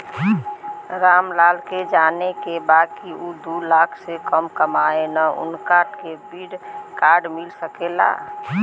राम लाल के जाने के बा की ऊ दूलाख से कम कमायेन उनका के क्रेडिट कार्ड मिल सके ला?